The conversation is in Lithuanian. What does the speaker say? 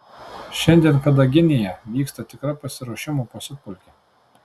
šiandien kadaginėje vyksta tikra pasiruošimo pasiutpolkė